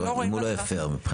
אם הוא לא הפר לאחר בדיקה.